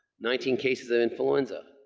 nineteen cases of influenza,